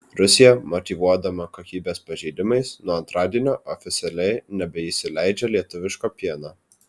rusija motyvuodama kokybės pažeidimais nuo antradienio oficialiai nebeįsileidžia lietuviško pieno